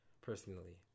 personally